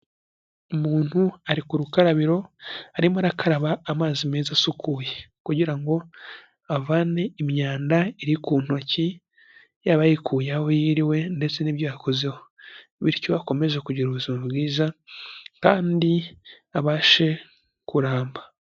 Umuntu ari ku rukarabiro, arimo arakaraba amazi meza asukuye, kugira ngo avane imyanda iri ku ntoki, yaba yikuye aho yiriwe ndetse n'ibyo yakozeho, bityo akomeze kugira ubuzima, bwiza kandi abashe kuramba.